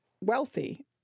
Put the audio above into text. wealthy